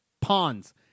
pawns